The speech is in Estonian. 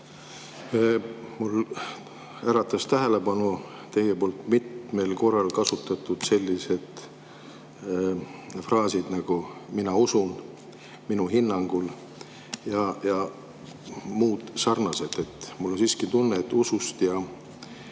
äratasid teie poolt mitmel korral kasutatud sellised fraasid nagu "mina usun", "minu hinnangul" ja muud sarnased. Mul on siiski tunne, et usust ei